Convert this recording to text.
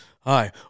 Hi